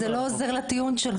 אז להגיד את זה לא עוזר לטיעון שלך.